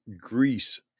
Greece